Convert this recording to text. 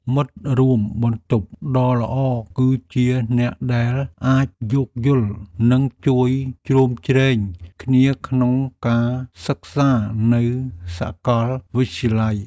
មិត្តរួមបន្ទប់ដ៏ល្អគឺជាអ្នកដែលអាចយោគយល់ និងជួយជ្រោមជ្រែងគ្នាក្នុងការសិក្សានៅសាកលវិទ្យាល័យ។